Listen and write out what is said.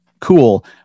cool